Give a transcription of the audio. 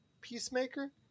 Peacemaker